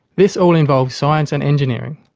this all involves science and engineering,